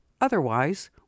Otherwise